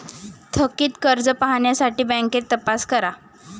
थकित कर्ज पाहण्यासाठी बँकेत तपास करा